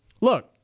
Look